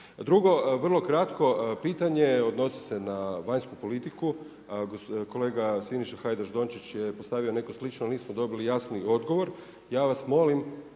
Drugo, vrlo kratko pitanje odnosi se na vanjsku politiku. Kolega Siniša Hajdaš Dončić je postavio neko slično, ali nismo dobili jasni odgovor.